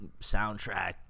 soundtrack